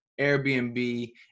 Airbnb